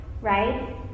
right